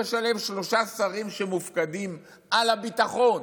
יש עליהן שלושה שרים שמופקדים על הביטחון,